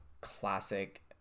classic